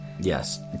Yes